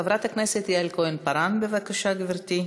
חברת הכנסת יעל כהן-פארן, בבקשה, גברתי.